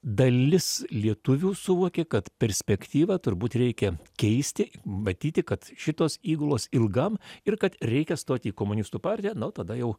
dalis lietuvių suvokė kad perspektyvą turbūt reikia keisti matyti kad šitos įgulos ilgam ir kad reikia stoti į komunistų partiją na o tada jau